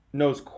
knows